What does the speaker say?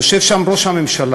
יושב שם ראש הממשלה,